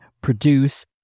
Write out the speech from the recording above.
produce